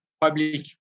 public